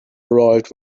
arrived